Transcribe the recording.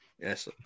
Yes